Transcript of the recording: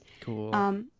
Cool